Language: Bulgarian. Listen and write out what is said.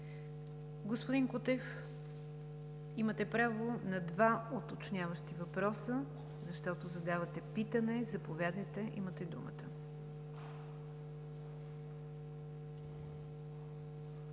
Господин Кутев, имате право на два уточняващи въпроси, защото задавате питане – заповядайте, имате думата.